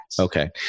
Okay